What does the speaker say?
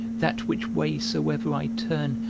that which way soever i turn,